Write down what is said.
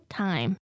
time